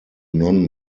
non